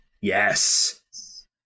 Yes